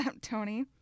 Tony